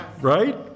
Right